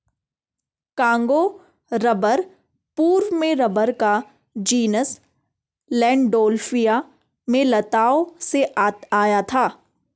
Congo rubber पूर्व में rubber का जीनस लैंडोल्फिया में लताओं से आया था